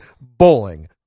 bowling